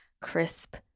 crisp